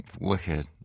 Wicked